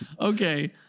Okay